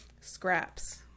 scraps